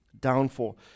downfall